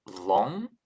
long